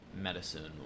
medicine